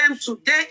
today